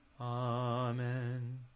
Amen